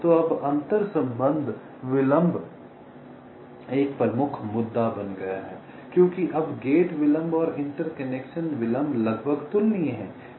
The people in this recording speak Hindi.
तो अब अंतर्संबंध विलंब एक प्रमुख मुद्दा बन गया है क्योंकि अब गेट विलंब और इंटरकनेक्शन विलंब लगभग तुलनीय हैं